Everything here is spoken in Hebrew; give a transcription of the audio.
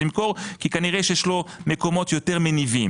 למכור כי כנראה שיש לו מקומות יותר מניבים.